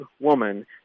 woman